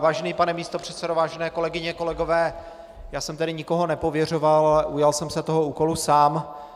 Vážený pane místopředsedo, vážené kolegyně a kolegové, já jsem nikoho nepověřoval, ale ujal jsem se tohoto úkolu sám.